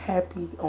Happy